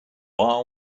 are